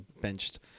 benched